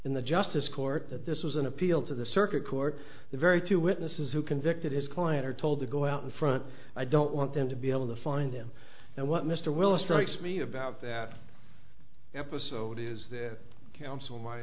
in the justice court that this was an appeal to the circuit court the very two witnesses who convicted his client or told to go out in front i don't want them to be able to find him and what mr willis strikes me about that episode is the